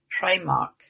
Primark